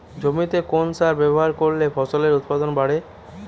জমিতে কোন সার ব্যবহার করলে ফসলের উৎপাদন বাড়ে?